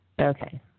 Okay